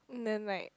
and then like